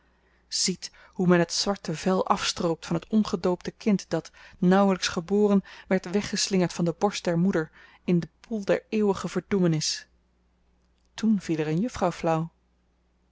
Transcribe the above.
ziet hoe men het zwarte vel afstroopt van het ongedoopte kind dat nauwelyks geboren werd weggeslingerd van de borst der moeder in den poel der eeuwige verdoemenis toen viel er een juffrouw flauw